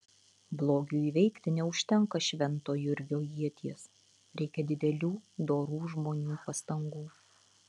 blogiui įveikti neužtenka švento jurgio ieties reikia didelių dorų žmonių pastangų